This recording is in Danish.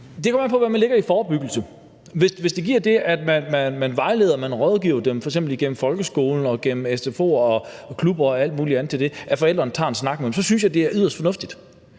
Det kommer an på, hvad man lægger i forebyggelse. Hvis det giver det, at man vejleder, og at man rådgiver dem, f.eks. igennem folkeskolen og gennem sfo'er og klubber og alt muligt andet, at forældrene tager en snak med dem, så synes jeg, det er yderst fornuftigt.